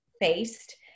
faced